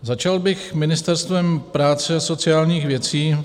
Začal bych Ministerstvem práce a sociálních věcí.